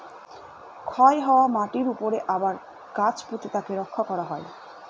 ক্ষয় হওয়া মাটিরর উপরে আবার গাছ পুঁতে তাকে রক্ষা করা হয়